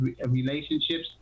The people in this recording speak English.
relationships